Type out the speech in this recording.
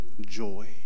joy